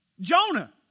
Jonah